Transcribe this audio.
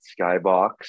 skybox